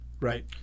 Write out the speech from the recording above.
Right